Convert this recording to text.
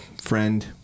friend